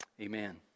Amen